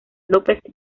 lópez